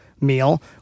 meal